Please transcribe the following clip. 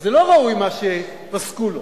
וזה לא ראוי מה שפסקו לו.